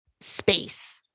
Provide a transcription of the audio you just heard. space